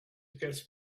gets